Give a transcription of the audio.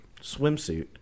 swimsuit